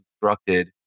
constructed